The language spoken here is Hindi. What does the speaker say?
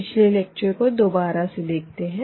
पिछले लेक्चर को दोबारा से देखते है